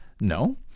No